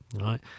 right